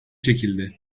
çekildi